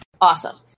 Awesome